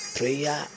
prayer